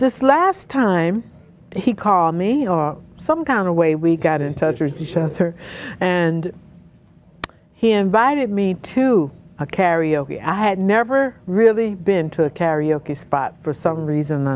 this last time he called me some kind of way we got in touch with her and he invited me to a karaoke i had never really been to a karaoke spot for some reason or